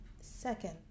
second